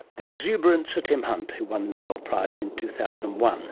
the exuberant sir tim hunt, who won the nobel prize in two thousand and one.